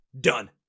done